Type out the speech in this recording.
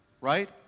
right